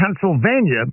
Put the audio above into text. Pennsylvania